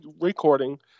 recording